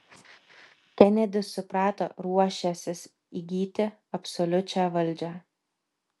kenedis suprato ruošiąsis įgyti absoliučią valdžią